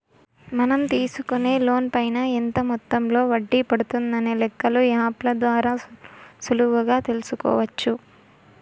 మనం తీసుకునే లోన్ పైన ఎంత మొత్తంలో వడ్డీ పడుతుందనే లెక్కలు యాప్ ల ద్వారా సులువుగా తెల్సుకోవచ్చు